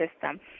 system